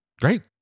Great